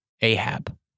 Ahab